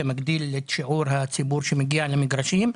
זה מגדיל את שיעור הציבור שמגיע למגרשים,